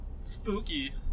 spooky